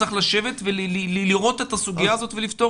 צריך לשבת ולראות את הסוגיה הזאת ולפתור